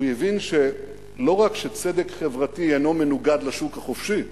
הוא הבין שלא רק שצדק חברתי אינו מנוגד לשוק החופשי,